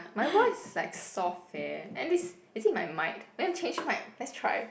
my voice like soft eh and this I think my mic then change mic let's try